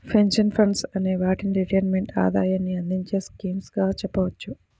pension funds అనే వాటిని retirement ఆదాయాన్ని అందించే స్కీమ్స్ గా చెప్పవచ్చు